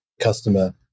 customer